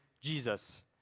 Jesus